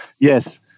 yes